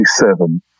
1967